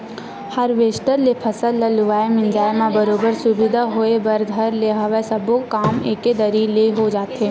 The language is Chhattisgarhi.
हारवेस्टर ले फसल ल लुवाए मिंजाय म बरोबर सुबिधा होय बर धर ले हवय सब्बो काम एके दरी ले हो जाथे